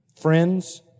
friends